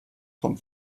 vom